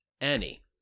Annie